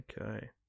Okay